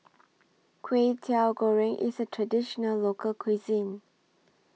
Kway Teow Goreng IS A Traditional Local Cuisine